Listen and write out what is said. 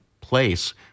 place